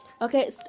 Okay